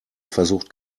versucht